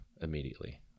immediately